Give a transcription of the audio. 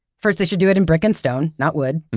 first, they should do it in brick and stone, not wood.